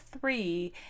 three